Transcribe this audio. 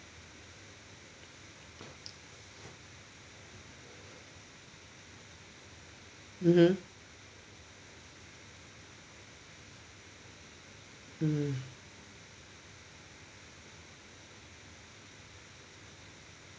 mmhmm mm